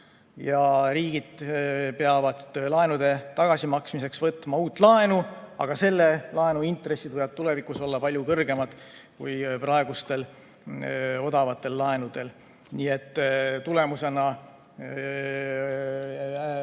Ja riigid peavad laenude tagasimaksmiseks võtma uut laenu, aga selle laenu intressid võivad tulevikus olla palju kõrgemad kui praegustel odavatel laenudel. Tulemuseks